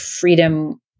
freedom